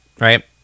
right